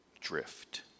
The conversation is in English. drift